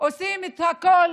עושים את הכול